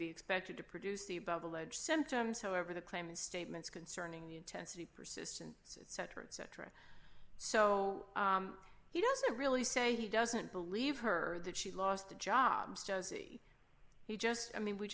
be expected to produce the bubble edge symptoms however the claim of statements concerning the intensity persistence cetera et cetera so he doesn't really say he doesn't believe her or that she lost the job josie he just i mean we